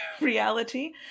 reality